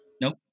nope